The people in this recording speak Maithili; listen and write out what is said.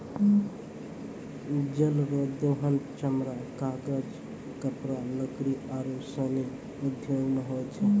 जल रो दोहन चमड़ा, कागज, कपड़ा, लकड़ी आरु सनी उद्यौग मे होय छै